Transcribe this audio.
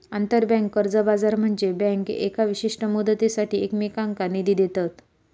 आंतरबँक कर्ज बाजार म्हनजे बँका येका विशिष्ट मुदतीसाठी एकमेकांनका निधी देतत